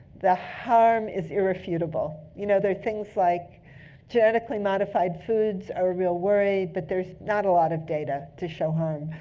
the harm is irrefutable. you know there are things like genetically modified foods are a real worry, but there's not a lot of data to show harm.